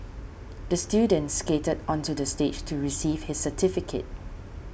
the student skated onto the stage to receive his certificate